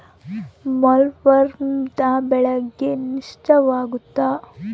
ಬೊಲ್ವರ್ಮ್ನಿಂದ ಬೆಳೆಗೆ ನಷ್ಟವಾಗುತ್ತ?